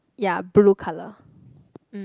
ya blue color mm